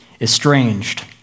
estranged